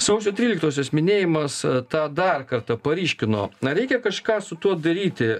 sausio tryliktosios minėjimas tą dar kartą paryškino na reikia kažką su tuo daryti